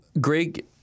Greg